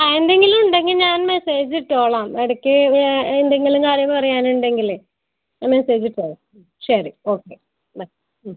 ആ എന്തെങ്കിലും ഉണ്ടെങ്കിൽ ഞാൻ മെസ്സേജ് ഇട്ടോളാം ഇടയ്ക്ക് എന്തെങ്കിലും കാര്യങ്ങൾ അറിയാനുണ്ടെങ്കിലേ മെസേജ് ഇട്ടോളാം ശരി ഓക്കെ ബൈ